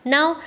Now